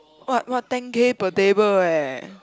what what ten K per table eh